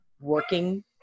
working